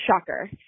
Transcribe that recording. shocker